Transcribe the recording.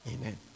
amen